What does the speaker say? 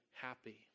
happy